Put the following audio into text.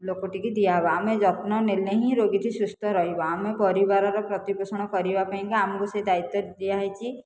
ଲୋକଟିକୁ ଦିଆ ହେବ ଆମେ ଯତ୍ନ ନେଲେ ହିଁ ରୋଗୀଟି ସୁସ୍ଥ ରହିବ ଆମେ ପରିବାରର ପ୍ରତିପୋଷଣ କରିବା ପାଇଁକା ଆମକୁ ସେ ଦାୟିତ୍ୱ ଦିଆ ହୋଇଛି